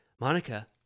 monica